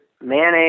mayonnaise